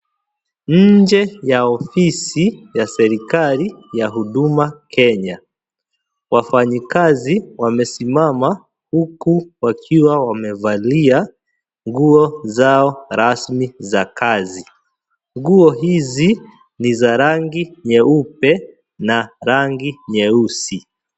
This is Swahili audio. Nje ya ofisi ya serikali ya Huduma Kenya. Wafanyikazi wamesimama huku wakiwa wamevalia nguo zao rasmi za kazi. Nguo hizi ni za rangi nyeupe na rangi nyeusi.